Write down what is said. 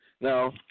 Now